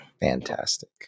Fantastic